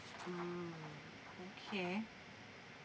mm okay